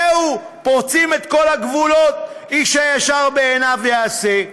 זהו, פורצים את כל הגבולות, איש הישר בעיניו יעשה.